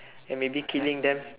ya maybe killing them